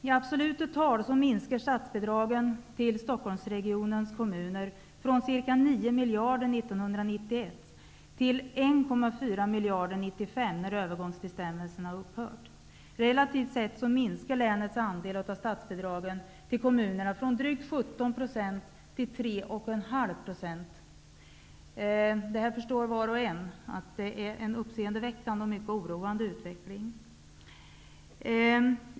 I absoluta tal minskar statsbidragen till Stock holmsregionens kommuner från ca 9 miljarder år 1991 till 1,4 miljarder år 1995, när övergångsbe stämmelserna upphört. Relativt sett minskar lä nets andel av statsbidragen till kommunerna från drygt 17 % till 3,5 %. Var och en förstår att detta är en uppseende väckande och mycket oroande utveckling.